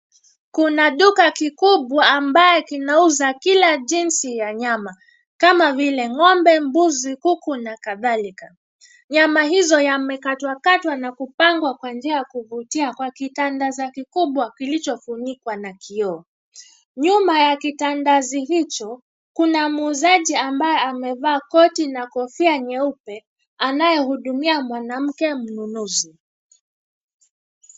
Kuna duka kikubwa ambaye kinauza kila jinsi ya nyama, kama vile ngombe, mbuzi, kuku na kadhalika nyama hizo yamekatwakatwa na kupangwa kwa njia ya kuvutia kwa kitandasa kikubwa kilichofunikwa na kioo. Nyuma ya kitandasi hicho kuna muuzaji ambaye amevaa koti na kofia nyeupe anayehudumia mwanamke mnunuzi.